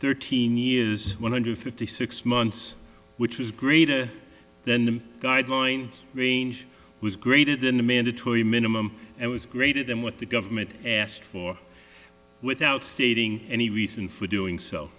thirteen years one hundred fifty six months which is greater than the guideline range was greater than the mandatory minimum and was greater than what the government asked for without stating any reason for doing so